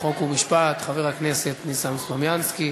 חוק ומשפט חבר הכנסת ניסן סלומינסקי.